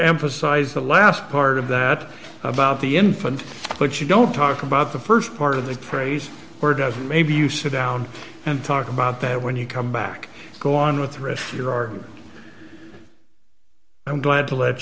emphasized the last part of that about the infant but you don't talk about the st part of the phrase or does maybe you sit down and talk about that when you come back go on with receiver are i'm glad to le